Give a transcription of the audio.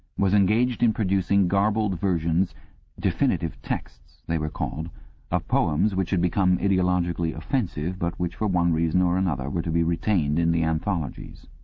was engaged in producing garbled versions definitive texts, they were called of poems which had become ideologically offensive, but which for one reason or another were to be retained in the anthologies.